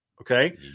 Okay